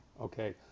okay